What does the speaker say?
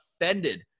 offended